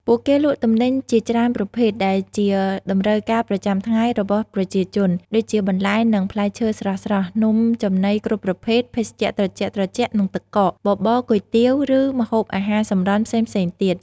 ពួកគេលក់ទំនិញជាច្រើនប្រភេទដែលជាតម្រូវការប្រចាំថ្ងៃរបស់ប្រជាជន ដូចជា បន្លែ និងផ្លែឈើស្រស់ៗ នំចំណីគ្រប់ប្រភេទ ភេសជ្ជៈត្រជាក់ៗ និងទឹកកក បបរ គុយទាវ ឬម្ហូបអាហារសម្រន់ផ្សេងៗទៀត